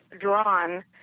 drawn